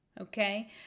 Okay